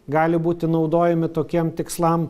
gali būti naudojami tokiem tikslam